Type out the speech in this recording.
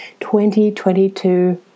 2022